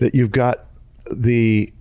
that you've got the